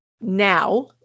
now